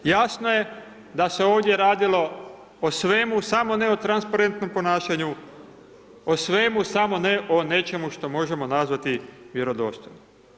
Jasno je da se ovdje radilo o svemu samo ne o transparentnom ponašanju, o svemu samo ne o nečemu što možemo nazvati vjerodostojno.